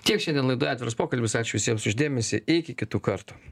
tiek šiandien laidoje atviras pokalbis ačiū visiems už dėmesį iki kitų kartų